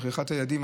שכחת הילדים,